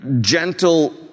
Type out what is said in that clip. gentle